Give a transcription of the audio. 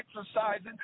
exercising